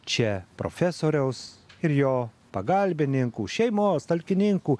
čia profesoriaus ir jo pagalbininkų šeimos talkininkų